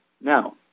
Now